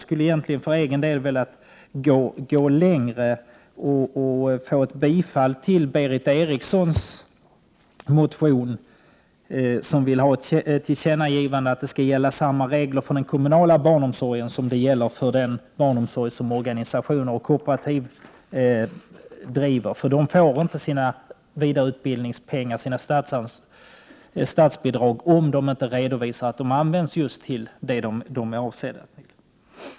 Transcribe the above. För egen del hade jag velat gå längre och tillstyrka Berith Erikssons motion i vilken det framförs krav på ett tillkännagivande till regeringen om att samma regler skall gälla den kommunala barnomsorgen som den barnomsorg som organisationer och kooperativ driver, eftersom de inte får sina vidareutbildningspengar, dvs. statsbidragen, om de inte redovisar att dessa pengar används just till det som de är avsedda för.